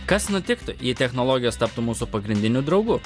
kas nutiktų jei technologijos taptų mūsų pagrindiniu draugu